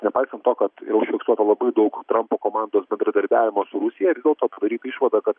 nepaisant to kad yra užfiksuota labai daug trampo komandos bendradarbiavimo su rusija vis dėlto padaryta išvada kad